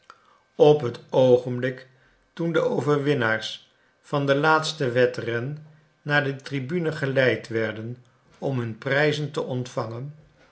op het oogenblik toen de overwinnaars van den laatsten wedren naar de tribune geleid werden om hun prijzen te ontvangen